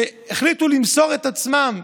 שהחליטו למסור את עצמן,